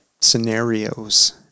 scenarios